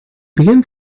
begin